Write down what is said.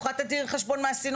אני מוכנה לתת דין וחשבון מה עשינו